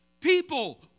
people